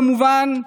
כמובן,